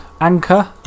Anchor